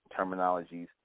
terminologies